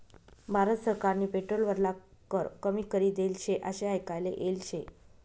भारत सरकारनी पेट्रोल वरला कर कमी करी देल शे आशे आयकाले येल शे